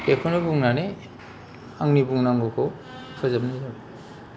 बेखौनो बुंनानै आंनि बुंनांगौखौ फोजोबनाय जाबाय